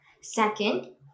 Second